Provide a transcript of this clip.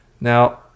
Now